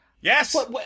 Yes